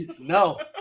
No